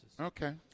Okay